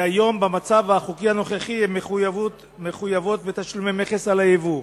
והיום במצב החוקי הנוכחי הן מחויבות בתשלומי מכס על היבוא.